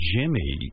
Jimmy